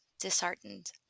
disheartened